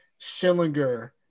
Schillinger